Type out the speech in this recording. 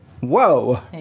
whoa